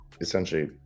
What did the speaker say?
essentially